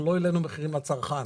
לא העלנו מחירים לצרכן.